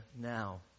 now